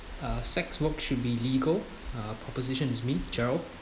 uh sex work should be legal uh proposition is me gerald